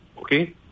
Okay